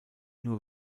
nur